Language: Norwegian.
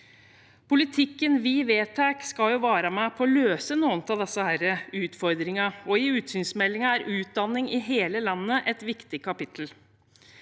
Politikken vi vedtar, skal være med på å løse noen av disse utfordringene. I utsynsmeldingen er utdanning i hele landet et viktig kapittel.